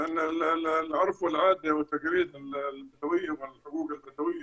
בהתאם למורשת ולמסורות הבדואיות, ולא רק הבדואיות,